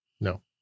No